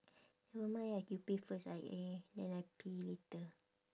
never mind ah you pay first I I then I pay you later